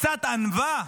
קצת ענווה.